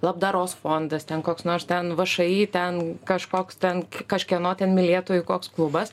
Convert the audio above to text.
labdaros fondas ten koks nors ten v š i ten kažkoks ten kažkieno ten mylėtojų koks klubas